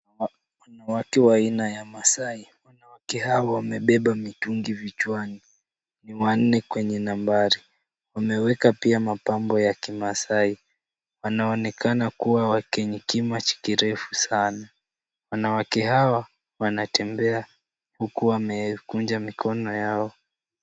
Watu aina ya Maasai. Wanawake hawa wamebeba mitungi vichwani. Ni wanne kwenye nambari. Wameweka pia mapambo ya kimaasai. Wanaonekana kuwa wenye kima kirefu sana. Wanawake hawa wanatembea huku wamekunja mikono yao.